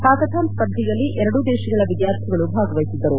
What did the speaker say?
hackathon ಸ್ಪರ್ಧೆಯಲ್ಲಿ ಎರಡೂ ದೇಶಗಳ ವಿದ್ಯಾರ್ಥಿಗಳು ಭಾಗವಹಿಸಿದ್ದರು